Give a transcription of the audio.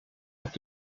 hat